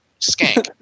skank